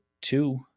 two